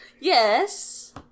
yes